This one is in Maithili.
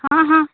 हॅं हॅं